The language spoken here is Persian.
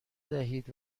دهید